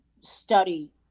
study